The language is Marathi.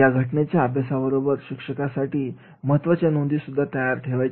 या घटनेच्या अभ्यासाबरोबर शिक्षकांसाठी महत्त्वाच्या नोंदी सुद्धा तयार ठेवा